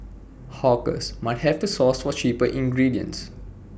hawkers might have to source for cheaper ingredients